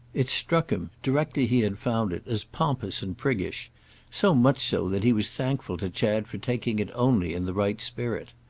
it struck him, directly he had found it, as pompous and priggish so much so that he was thankful to chad for taking it only in the right spirit.